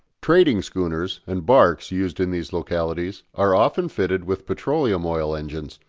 trading schooners and barques used in these localities are often fitted with petroleum oil engines,